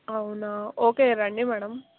అవునా ఓకే రండి మ్యాడమ్